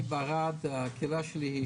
בערד הקהילה שלי היא